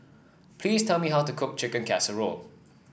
please tell me how to cook Chicken Casserole